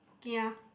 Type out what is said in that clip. kia